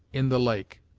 in the lake.